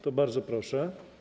To bardzo proszę.